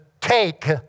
take